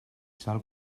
sal